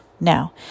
Now